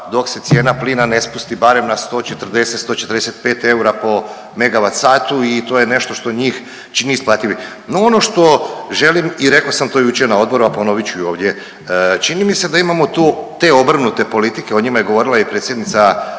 dok se cijena plina ne spusti barem na 140, 145 eura po MWh i to je nešto što njih čini isplativim. No ono što želim i rekao sam to jučer na odboru, a ponovit ću i ovdje. Čini mi se da imamo te obrnute politike, o njima je govorila i predsjednica